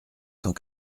cent